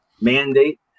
mandate